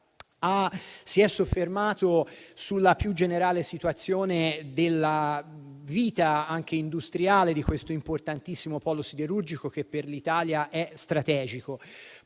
si è soffermato sulla più generale situazione della vita anche industriale di questo importantissimo polo siderurgico, che per l'Italia è strategico.